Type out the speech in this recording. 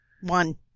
One